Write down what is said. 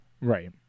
right